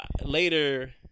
later